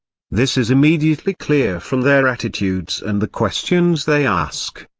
this is immediately clear from their attitudes and the questions they ask.